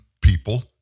people